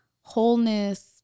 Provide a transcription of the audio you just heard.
wholeness